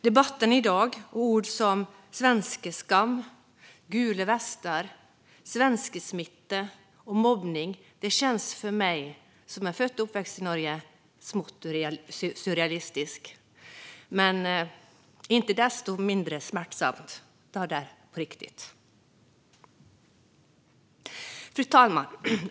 Debatten i dag - där vi hör ord som "svenskeskam", "gula västar", "svenskesmitte" och "mobbning" - känns för mig, som är född och uppväxt i Norge, smått surrealistisk. Det är därför inte desto mindre smärtsamt att det är på riktigt. Fru talman!